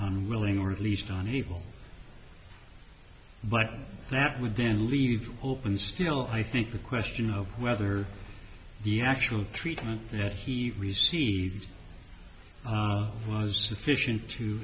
unwilling or at least on evil but that would then leave open still i think the question of whether the actual treatment that he received was sufficient to